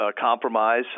compromise